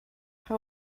how